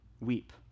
weep